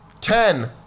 Ten